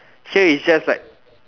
sure it's just like